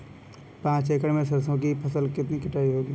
पांच एकड़ में सरसों की फसल की कटाई कितनी होगी?